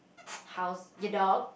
how's your dog